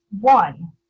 one